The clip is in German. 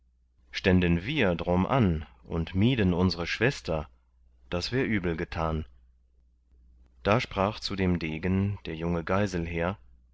ständen wir drum an und mieden unsre schwester das wär übel getan da sprach zu dem degen der junge geiselher